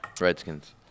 Redskins